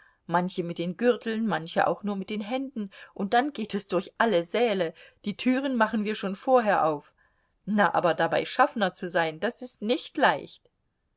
manche mit den gürteln manche auch nur mit den händen und dann geht es durch alle säle die türen machen wir schon vorher auf na aber dabei schaffner zu sein das ist nicht leicht